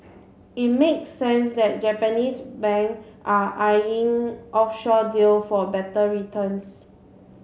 it makes sense that Japanese bank are eyeing offshore deal for better returns